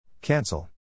Cancel